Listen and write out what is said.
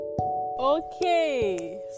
Okay